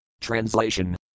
Translation